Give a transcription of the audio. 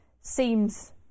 seems